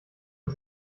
und